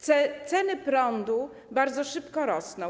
Ceny prądu bardzo szybko rosną.